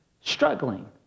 struggling